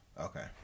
Okay